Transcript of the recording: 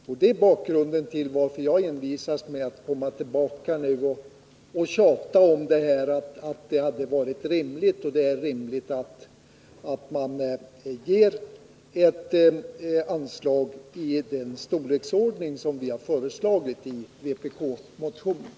Det är bakgrunden till att jag envisas med att komma tillbaka nu och tjata om att det är rimligt att man ger ett anslag i den storleksordning som vi har föreslagit i vpk-motionen.